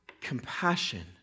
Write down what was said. compassion